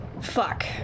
fuck